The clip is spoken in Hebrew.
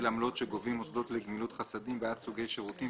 עמלות שגובים מוסדות לגמילות חסדים בעד סוגי שירותים,